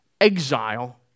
exile